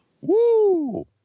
woo